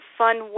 fun